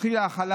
מתחילה החלה